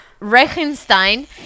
Reichenstein